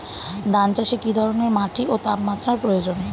ধান চাষে কী ধরনের মাটি ও তাপমাত্রার প্রয়োজন?